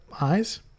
eyes